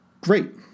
Great